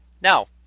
Now